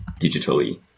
digitally